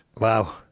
Wow